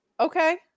Okay